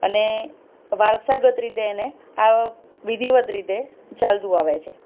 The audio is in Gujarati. અને વારસાગત રીતે એને આ વિધિવત રીતે ચાલતું આવે છે